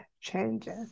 changes